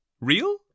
real